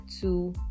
two